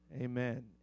Amen